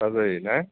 सा जायो ना